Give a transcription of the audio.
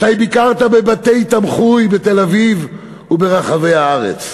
מתי ביקרת בבתי-תמחוי בתל-אביב וברחבי הארץ.